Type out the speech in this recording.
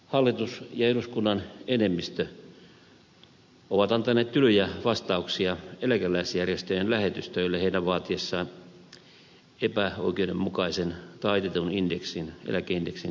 hallitus ja eduskunnan enemmistö ovat antaneet tylyjä vastauksia eläkeläisjärjestöjen lähetystöille heidän vaatiessaan epäoikeudenmukaisen taitetun eläkeindeksin korjaamista